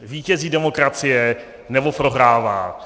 Vítězí demokracie, nebo prohrává?